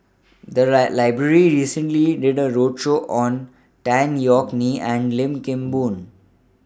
The lie Library recently did A roadshow on Tan Yeok Nee and Lim Kim Boon